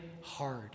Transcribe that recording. hard